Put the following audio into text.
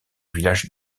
village